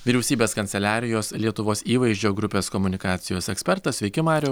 vyriausybės kanceliarijos lietuvos įvaizdžio grupės komunikacijos ekspertas sveiki mariau